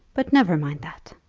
but never mind that.